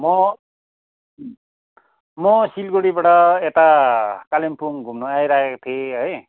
म म सिलगढीबाट यता कालिम्पोङ घुम्नु आइरहेको थिएँ है